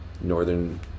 northern